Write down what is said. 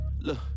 Look